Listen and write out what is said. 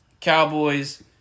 Cowboys